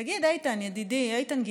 תגיד, איתן, ידידי איתן גינזבורג,